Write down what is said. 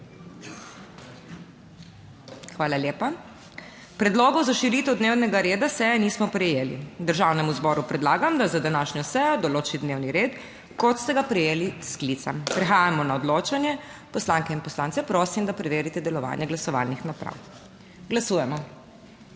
Hvala lepa. Predlogov za širitev dnevnega reda seje nismo prejeli. Državnemu zboru predlagam, da za današnjo sejo določi dnevni red kot ste ga prejeli s sklicem. Prehajamo na odločanje. Poslanke in poslance prosim, da preverite delovanje glasovalnih naprav. Glasujemo.